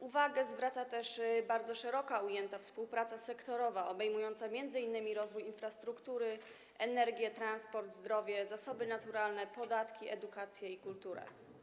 Uwagę zwraca też bardzo szeroko ujęta współpraca sektorowa obejmująca m.in. rozwój infrastruktury, energię, transport, zdrowie, zasoby naturalne, podatki, edukację i kulturę.